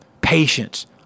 patience